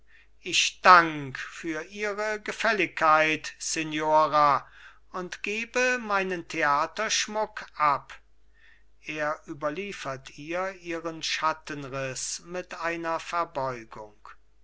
ich dank für ihre gefälligkeit signora und gebe meinen theaterschmuck ab er überliefert ihr ihren schattenriß mit einer verbeugung